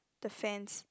the fence